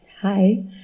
Hi